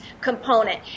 component